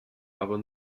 aber